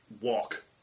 walk